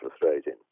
frustrating